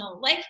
life